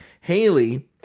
Haley